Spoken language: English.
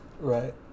Right